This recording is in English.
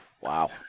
wow